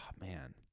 man